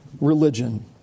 religion